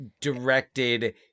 directed